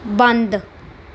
ਬੰਦ